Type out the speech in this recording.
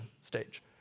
stage